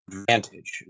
advantage